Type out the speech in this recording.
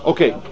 Okay